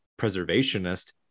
preservationist